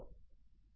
તો આ r V3 છે